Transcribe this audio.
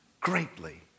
greatly